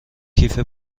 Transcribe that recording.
کیف